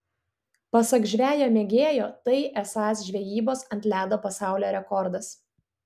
pasak žvejo mėgėjo tai esąs žvejybos ant ledo pasaulio rekordas